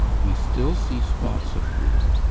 we still see spots of green,